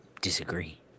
disagree